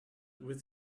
with